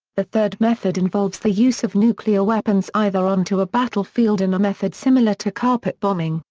the third method involves the use of nuclear weapons, either onto a battlefield in a method similar to carpet bombing,